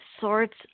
sorts